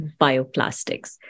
bioplastics